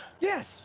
Yes